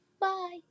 Bye